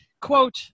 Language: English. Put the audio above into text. Quote